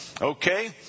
Okay